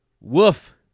woof